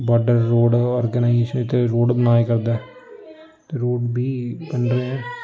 border road organisation इत्थै road बनाए करदा ऐ ते रोड़ बी बन रेह् ऐं